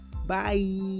Bye